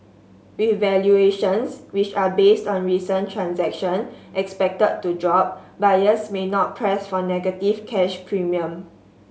with valuations which are based on recent transaction expected to drop buyers may not press for negative cash premium